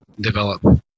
develop